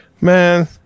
Man